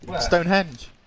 Stonehenge